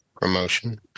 promotion